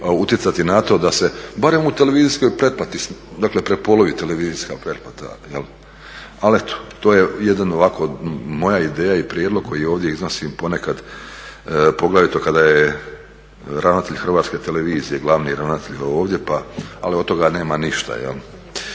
utjecati na to da se barem u televizijskoj pretplati, dakle prepolovi televizijska pretplata. Ali eto, to je jedan ovako, moja ideja i prijedlog koji ovdje iznosim ponekad poglavito kada je ravnatelj Hrvatske televizije, glavni ravnatelj ovdje, ali od toga nema ništa od